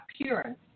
appearance